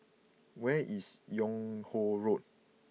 where is Yung Ho Road